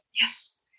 Yes